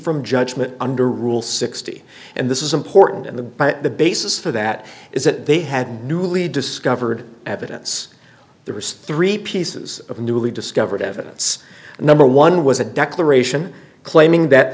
from judgment under rule sixty and this is important in the by the basis for that is that they had newly discovered evidence there was three pieces of newly discovered evidence number one was a declaration claiming that